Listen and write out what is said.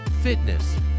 fitness